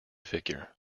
figure